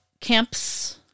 Camps